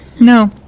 No